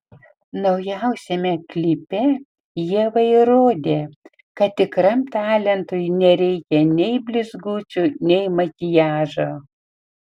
naujausiame klipe ieva įrodė kad tikram talentui nereikia nei blizgučių nei makiažo